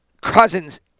Cousins